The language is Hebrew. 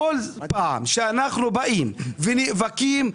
כל פעם שאנחנו באים ונאבקים,